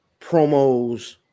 promos